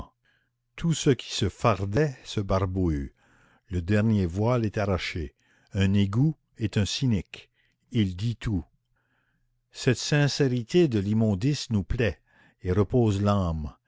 tout ce qui se fardait se barbouille le dernier voile est arraché un égout est un cynique il dit tout cette sincérité de l'immondice nous plaît et repose l'âme